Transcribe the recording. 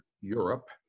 Europe